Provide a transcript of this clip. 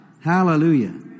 Hallelujah